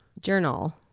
Journal